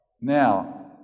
Now